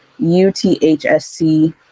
UTHSC